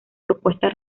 propuesta